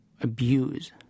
abuse